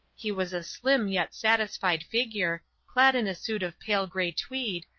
he was a slim yet satisfied figure, clad in a suit of pale-grey tweed,